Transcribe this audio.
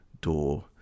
door